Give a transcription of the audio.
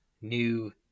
new